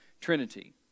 trinity